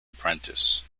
apprentice